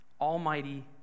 almighty